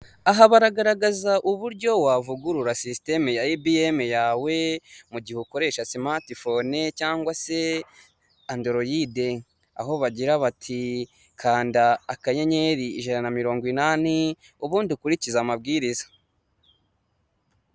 Ihahiro ririmo ibicuruzwa byinshi bitandukanye, hakubiyemo ibyoku kurya urugero nka biswi, amasambusa, amandazi harimo kandi n'ibyo kunywa nka ji, yahurute n'amata.